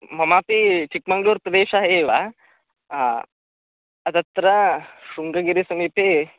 ममापि चिक्मङ्ग्ळूर्प्रदेशः एव तत्र शृङ्गगिरेः समीपे